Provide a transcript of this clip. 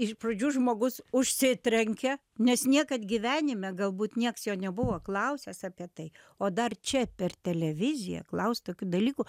iš pradžių žmogus užsitrenkia nes niekad gyvenime galbūt nieks jo nebuvo klausęs apie tai o dar čia per televiziją klaust tokių dalykų